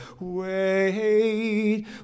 Wait